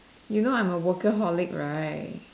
you know I'm a workaholic right